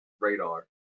radar